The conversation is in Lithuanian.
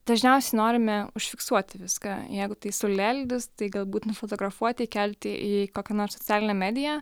dažniausiai norime užfiksuoti viską jeigu tai saulėlydis tai galbūt nufotografuoti įkelti į kokią nors socialinę mediją